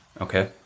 okay